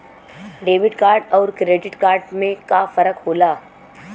Debit card अउर credit card में का फर्क होला?